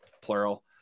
plural